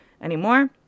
anymore